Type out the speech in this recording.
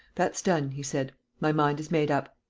that's done, he said. my mind is made up.